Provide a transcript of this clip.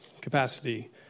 capacity